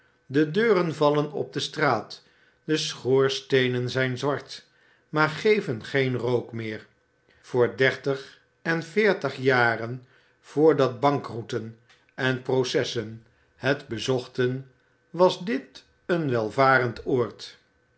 de deuren vallen op de straat de schoorsteenen zijn zwart maar geven geen rook meer voor dertig en veertig jaren voordat bankroeten en processen het bezochten was dit een welvarend oord